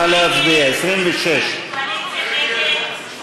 נא להצביע, 26. ההסתייגות (26)